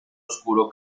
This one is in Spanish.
oscuro